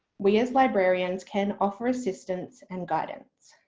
we as librarians can offer assistance and guidance.